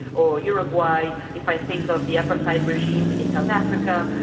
or uruguay, if i think of the apartheid regime in south africa,